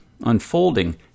unfolding